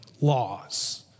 laws